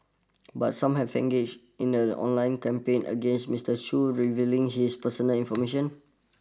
but some have engaged in an online campaign against Mister Chew revealing his personal information